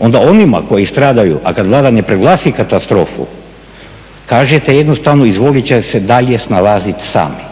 onda onima koji stradaju, a kada Vlada ne proglasi katastrofu kažete jednostavno izvolite se jednostavno snalaziti sami.